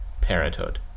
parenthood